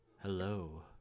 Hello